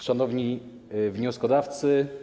Szanowni Wnioskodawcy!